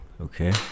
Okay